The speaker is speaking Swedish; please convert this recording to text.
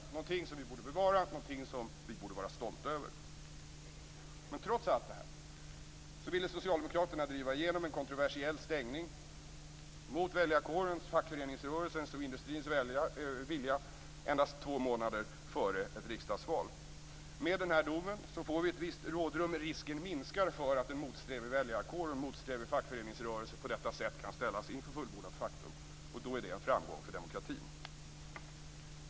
Det är någonting som vi borde bevara och vara stolta över. Trots detta ville socialdemokraterna driva igenom en kontroversiell stängning mot väljarkårens, fackföreningsrörelsens och industrins vilja endast två månader före ett riksdagsval. Med domen får vi ett visst rådrum, och risken minskar att en motsträvig väljarkår och fackföreningsrörelse kan ställas inför fullbordat faktum. Då är det en framgång för demokratin.